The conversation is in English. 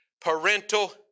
Parental